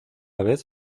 vez